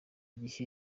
gihe